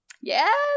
Yes